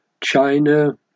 China